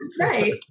Right